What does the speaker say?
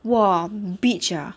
!wah! bitch ah